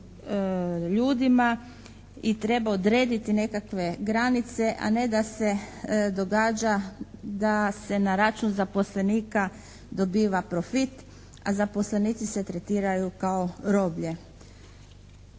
ljudima i treba odrediti nekakve granice, a ne da se događa da se na račun zaposlenika dobiva profit, a zaposlenici se tretiraju kao roblje.